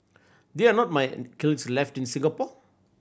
there are not mine kilns left in Singapore